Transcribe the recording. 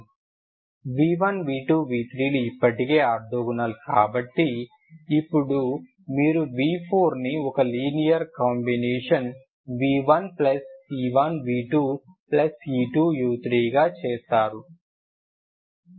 v1 v2 v3లు ఇప్పటికే orthogonal కాబట్టి ఇప్పుడు మీరు v4ను ఒక లీనియర్ కాంబినేషన్ v1 c1v2 c2u3గా చేస్తారు